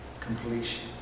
completion